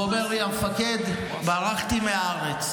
אומר לי: המפקד, ברחתי מהארץ.